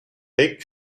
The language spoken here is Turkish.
pek